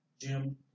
Jim